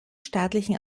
staatlichen